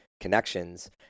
connections